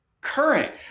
current